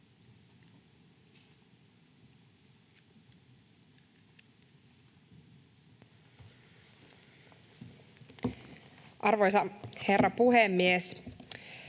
Arvoisa herra puhemies!